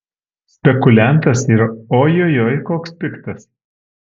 spekuliantas ir ojojoi koks piktas